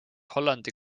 hollandi